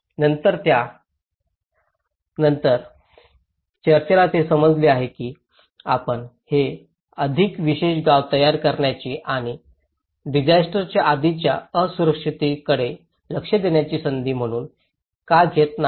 तर त्या नंतर चर्चला हे समजले आहे की आपण हे अधिक विशेष गाव तयार करण्याची आणि डिसास्टरच्या आधीच्या असुरक्षिततेकडे लक्ष देण्याची संधी म्हणून का घेत नाही